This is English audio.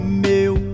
meu